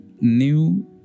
new